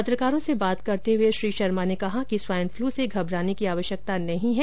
पत्रकारों से बात करते हुए श्री शर्मा ने कहा कि स्वाइनफ्लू से घबराने की आवश्यकता नहीं है